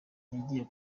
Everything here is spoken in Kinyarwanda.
yagiye